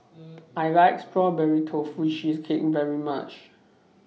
I like Strawberry Tofu Cheesecake very much